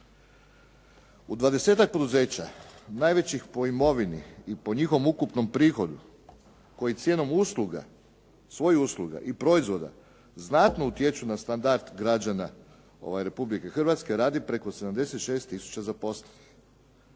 U dvadesetak poduzeća najvećih po imovini i po njihovom ukupnom prihodu koji cijenom usluga, svojih usluga i proizvoda znatno utječu na standard građana Republike Hrvatske radi preko 76 tisuća zaposlenih.